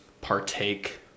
partake